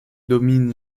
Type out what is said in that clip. domine